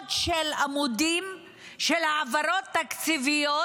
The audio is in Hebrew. מאות עמודים של העברות תקציביות,